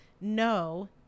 No